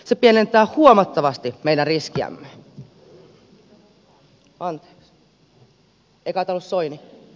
se pienentää huomattavasti meidän riskiämme